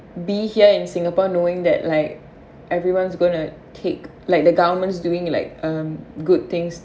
be here in singapore knowing that like everyone's gonna kick like the government's doing like um good things